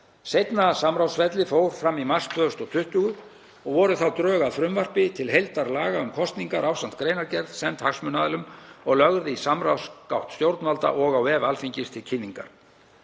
Seinna samráðsferli fór fram í mars 2020 og voru þá drög að frumvarpi til heildarlaga um kosningar ásamt greinargerð send hagsmunaaðilum og lögð í samráðsgátt stjórnvalda og á vef Alþingis til kynningar.